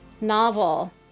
novel